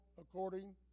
according